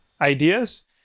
ideas